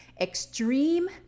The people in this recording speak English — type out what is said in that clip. Extreme